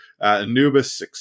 Anubis